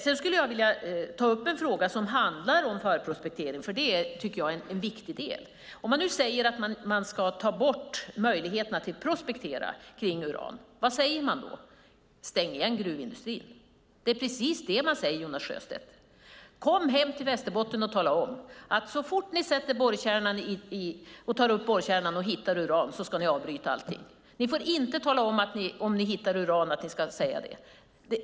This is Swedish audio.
Sedan vill jag ta upp frågan om förprospektering. Jag tycker att det är en viktig del. Om man säger att man ska ta bort möjligheterna att prospektera kring uran, vad säger man då? Jo, man säger: Stäng igen gruvindustrin! Det är precis det man säger, Jonas Sjöstedt. Kom hem till Västerbotten och tala om att så fort man tar upp borrkärnan och hittar uran ska man avbryta allting! Om man hittar uran får man inte säga det.